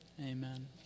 Amen